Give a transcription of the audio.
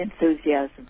enthusiasm